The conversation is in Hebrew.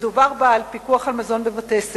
שדובר בה על פיקוח על מזון בבתי-הספר.